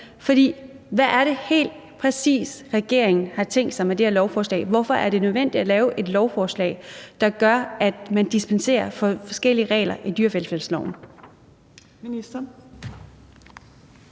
hvad er det helt præcis, regeringen har tænkt sig med det her lovforslag? Hvorfor er det nødvendigt at fremsætte et lovforslag, der gør, at man dispenserer fra forskellige regler i dyrevelfærdsloven?